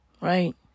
Right